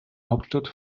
hauptstadt